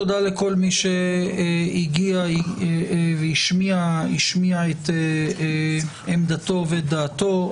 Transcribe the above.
תודה לכל מי שהגיע והשמיע את עמדתו ואת דעתו.